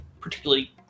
particularly